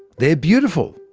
they're beautiful,